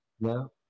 No